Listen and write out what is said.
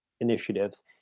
initiatives